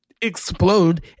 explode